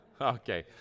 Okay